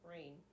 Rain